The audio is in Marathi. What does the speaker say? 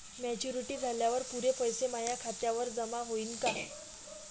मॅच्युरिटी झाल्यावर पुरे पैसे माया खात्यावर जमा होईन का?